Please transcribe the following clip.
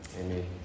Amen